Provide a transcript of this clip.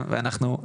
תודה רבה גם לצוות,